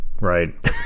right